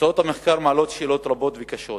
תוצאות המחקר מעלות שאלות רבות וקשות